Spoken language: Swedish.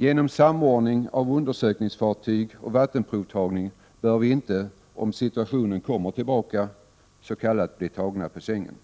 Genom samordning av undersökningsfartyg och vattenprovtagning bör vi inte, om situationen kommer tillbaka, bli tagna på sängen.